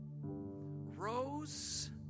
rose